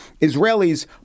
Israelis